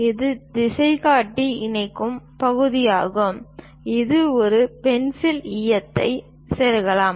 இது திசைகாட்டி இணைக்கும் பகுதியாகும் இது ஒரு பென்சில் ஈயத்தை செருகலாம்